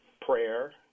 prayer